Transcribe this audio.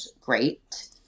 great